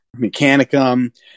mechanicum